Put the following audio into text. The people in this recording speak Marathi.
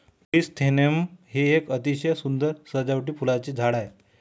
क्रिसॅन्थेमम हे एक अतिशय सुंदर सजावटीचे फुलांचे झाड आहे